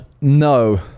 No